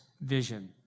vision